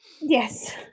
Yes